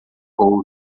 post